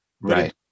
Right